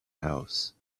house